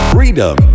Freedom